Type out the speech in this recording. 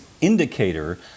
indicator